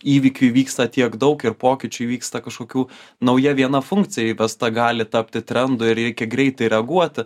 įvykių įvyksta tiek daug ir pokyčių įvyksta kažkokių nauja viena funkcija įvesta gali tapti trendu ir reikia greitai reaguoti